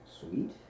Sweet